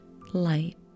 light